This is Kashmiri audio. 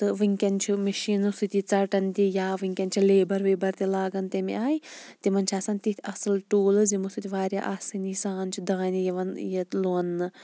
تہٕ وٕنکٮ۪ن چھ مِشیٖنیٚو سۭتی ژَٹَان تہِ یا وٕنکٮ۪ن چھ لیبَر ویبَر تہٕ لاگَان تمہِ آیہِ تِمن چھِ آسَان تِتھۍ اصل ٹٗولٕز یِمو سۭتۍ واریاہ آسٲنی سان چھُ دانہِ یِوان یہِ لوننہٕ